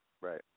Right